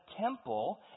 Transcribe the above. temple